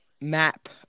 map